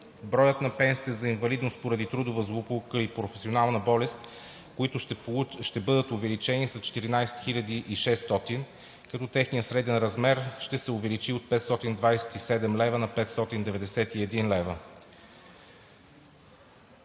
Броят на пенсиите за инвалидност поради трудова злополука и професионална болест, които ще бъдат увеличени с 14 600, като техният среден размер ще се увеличи от 527 лв. на 591 лв.